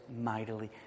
mightily